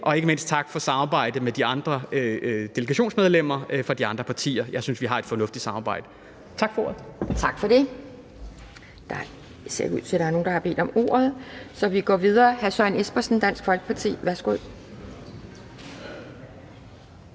Og ikke mindst tak for samarbejdet med de andre delegationsmedlemmer fra de andre partier – jeg synes, vi har et fornuftigt samarbejde. Tak for ordet. Kl. 10:49 Anden næstformand (Pia Kjærsgaard): Tak for det. Det ser ikke ud til, der var nogen, der har bedt om ordet, så vi går videre til hr. Søren Espersen, Dansk Folkeparti. Værsgo.